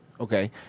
Okay